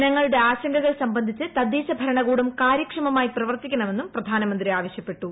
ജനങ്ങളുടെ ആശങ്കകൾ സംബന്ധിച്ച് തദ്ദേശ ഭരണകൂടം കാര്യക്ഷമമായി പ്രവർത്തിക്കണമെന്നും പ്രധാനമന്തി ആവശ്യപ്പെട്ടു